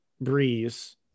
Breeze